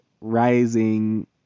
rising